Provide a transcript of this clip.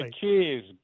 cheers